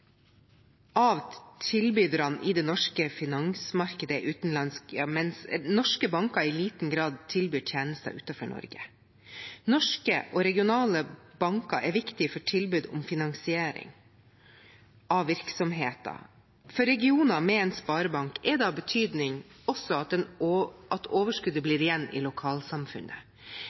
av tilbyderne i det norske finansmarkedet er utenlandske, mens norske banker i liten grad tilbyr tjenester utenfor Norge. Norske og regionale banker er viktige for tilbud om finansiering av virksomheter. For regioner med en sparebank er det også av betydning at overskuddet blir igjen i lokalsamfunnet.